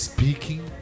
Speaking